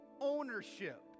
ownership